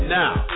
now